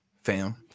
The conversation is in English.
fam